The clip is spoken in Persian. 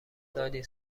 سالی